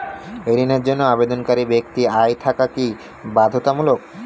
ঋণের জন্য আবেদনকারী ব্যক্তি আয় থাকা কি বাধ্যতামূলক?